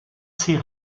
ces